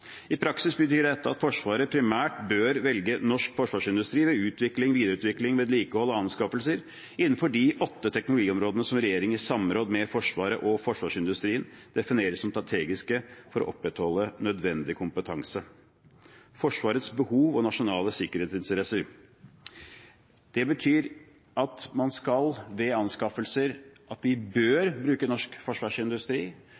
I praksis betyr dette at Forsvaret primært bør velge norsk forsvarsindustri ved utvikling, videreutvikling, vedlikehold og anskaffelser innenfor de åtte teknologiområdene som regjeringen i samråd med Forsvaret og forsvarsindustrien definerer som strategiske for å opprettholde nødvendig kompetanse, Forsvarets behov og nasjonale sikkerhetsinteresser. Det betyr at man ved anskaffelser